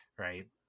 Right